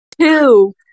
Two